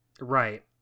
Right